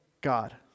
God